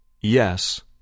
Yes